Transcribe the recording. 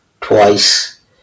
twice